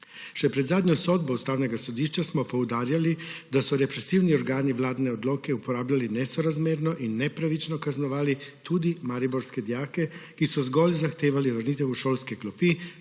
Še pred zadnjo sodbo Ustavnega sodišča smo poudarjali, da so represivni organi vladne odloke uporabljali nesorazmerno in nepravično kaznovali tudi mariborske dijake, ki so zgolj zahtevali vrnitev v šolske klopi,